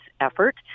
effort